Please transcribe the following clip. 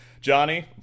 Johnny